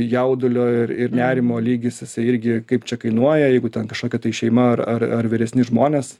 jaudulio ir nerimo lygis irgi kaip čia kainuoja jeigu ten kažkokia tai šeima ar ar vyresni žmonės